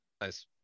Nice